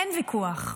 אין ויכוח,